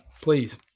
please